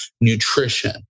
nutrition